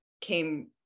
came